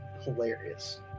hilarious